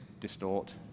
distort